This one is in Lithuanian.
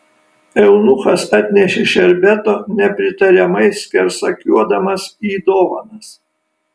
eunuchas atnešė šerbeto nepritariamai skersakiuodamas į dovanas